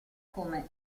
come